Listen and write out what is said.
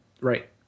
Right